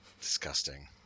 disgusting